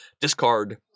discard